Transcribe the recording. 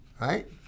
right